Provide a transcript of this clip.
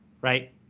right